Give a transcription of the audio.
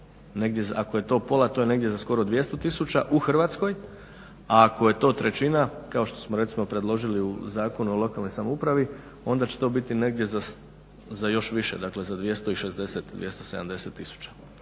Ako je to pola to je negdje za skoro 200 tisuća u Hrvatskoj, a ako je to trećina kao što smo recimo predložili u Zakonu o lokalnoj samoupravi onda će to biti negdje za još više, dakle za 260, 270 tisuća.